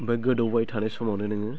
बे गोदौबाय थानाय समावनो नोङो